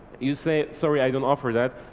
you say, sorry i don't offer that,